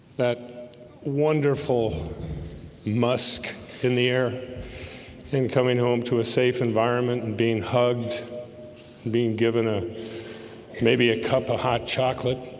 that wonderful musk in the air and coming home to a safe environment and being hugged being given a maybe a cup of hot chocolate